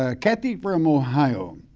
ah kathy from ohio,